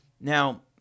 Now